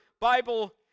Bible